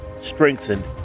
strengthened